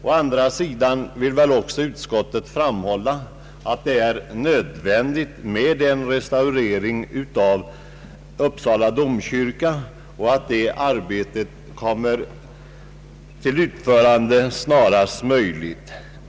Å andra sidan vill utskottet framhålla att det är nödvändigt med en restaurering av Uppsala domkyrka och att detta arbete kommer till utförande snarast.